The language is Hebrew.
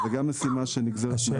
זו גם משימה שנגזרת מהחוק.